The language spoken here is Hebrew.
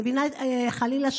חלילה,